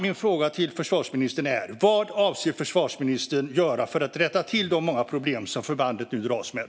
Min fråga till försvarsministern är: Vad avser försvarsministern att göra för att rätta till de många problem som förbandet nu dras med?